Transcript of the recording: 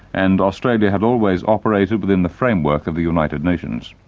and australia had always operated within the framework of the united nations.